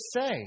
say